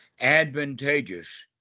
advantageous